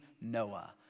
Noah